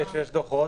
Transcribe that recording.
יש דוחות,